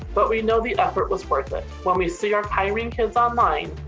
but we know the effort was worth it when we see our kyrene kids online,